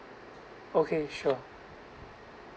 okay sure